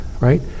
right